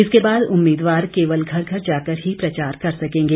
इसके बाद उम्मीदवार केवल घर घर जाकर ही प्रचार कर सकेंगे